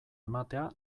ematea